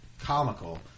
comical